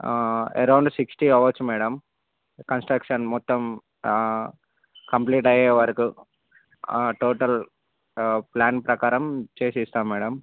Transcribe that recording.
around sixty అవచ్చు madam construction మొత్తం complete అయ్యేవరకు టోటల్ ప్లాన్ ప్రకారం చేసి ఇస్తాం మేడం